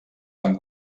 van